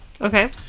Okay